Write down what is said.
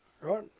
right